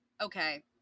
Okay